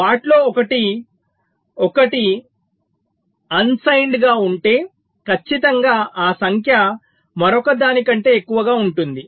వాటిలో ఒకటి 1 అన్సైన్డ్ గా ఉంటే ఖచ్చితంగా ఆ సంఖ్య మరొక దాని కంటే ఎక్కువగా ఉంటుంది